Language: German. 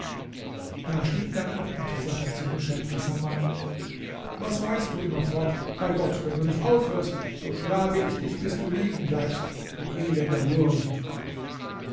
da stieg er ab und sagte zu nushat assaman was weinst du immerfort bei gott wenn du nicht aufhörst so schlage ich dich bis du liegen bleibst du elender wurm